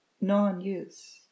non-use